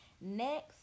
Next